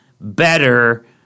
better